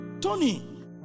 Tony